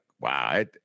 wow